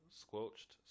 squelched